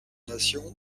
nations